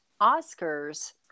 Oscars